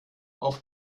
auf